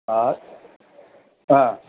আর হ্যাঁ